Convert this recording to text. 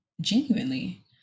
Genuinely